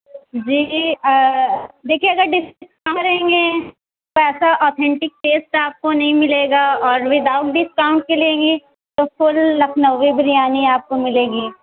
جی دیکھیے اگر ڈسکاؤنٹ کریں گے تو ایسا اوتھینٹک ٹیسٹ آپ کو نہیں ملے گا اور ود آؤٹ ڈسکاؤنٹ کے لیجیے تو فل اپنا وہی بریانی آپ کو ملے گی